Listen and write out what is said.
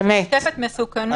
נשקפת מסוכנות.